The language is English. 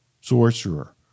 sorcerer